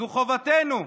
זו חובתנו.